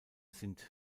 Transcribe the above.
sind